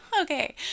Okay